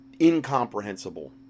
incomprehensible